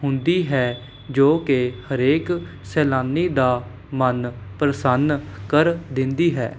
ਹੁੰਦੀ ਹੈ ਜੋ ਕਿ ਹਰੇਕ ਸੈਲਾਨੀ ਦਾ ਮਨ ਪ੍ਰਸੰਨ ਕਰ ਦਿੰਦੀ ਹੈ